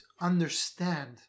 understand